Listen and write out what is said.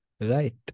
Right